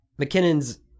McKinnon's